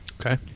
Okay